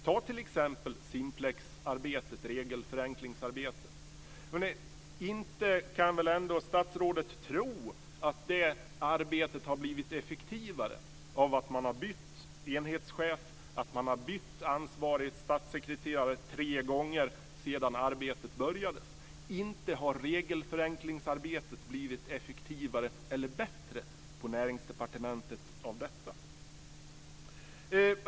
Ta t.ex. Simplexarbetet, regelförenklingsarbetet. Statsrådet kan väl ändå inte tro att det arbetet blivit effektivare av att man har bytt enhetschef och av att man har bytt ansvarig statssekreterare tre gånger sedan arbetet påbörjades. Inte har regelförenklingsarbetet blivit effektivare eller bättre av det på Näringsdepartementet!